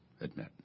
admit